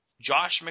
Josh